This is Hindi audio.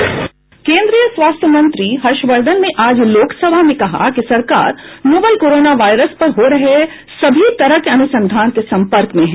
केन्द्रीय स्वास्थ्य मंत्री हर्षवर्धन ने आज लोकसभा में कहा कि सरकार नोवल कोरोना वायरस पर हो रहे सभी तरह के अनुसंधान के सम्पर्क में है